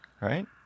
Right